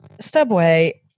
subway